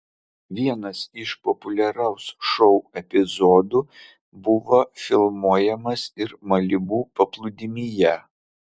vienas iš populiaraus šou epizodų buvo filmuojamas ir malibu paplūdimyje